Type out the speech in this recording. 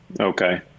Okay